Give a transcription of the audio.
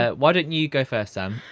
ah why don't you go first then?